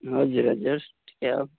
हजुर हजुर ठिकै हो